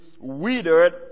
withered